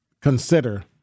consider